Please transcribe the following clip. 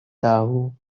tahu